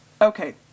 Okay